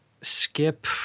skip